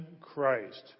Christ